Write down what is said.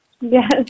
Yes